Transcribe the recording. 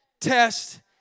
test